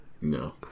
No